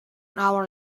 hour